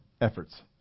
efforts